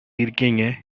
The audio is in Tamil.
இருக்கீங்க